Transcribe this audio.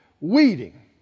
weeding